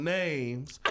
names